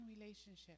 relationship